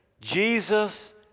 Jesus